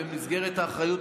במסגרת האחריות,